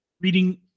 reading